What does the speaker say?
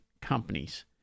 companies